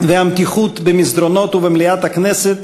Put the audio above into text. והמתיחות במסדרונות ובמליאת הכנסת